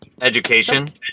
education